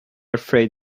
afraid